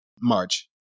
March